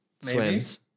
swims